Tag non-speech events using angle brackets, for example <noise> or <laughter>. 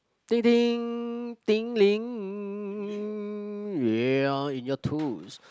<noise> tingling~ your in your toes